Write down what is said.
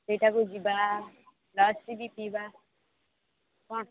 ସେଇଠାକୁ ଯିବା ଲସି ବି ପିଇବା କଣ